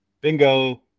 Bingo